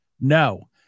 No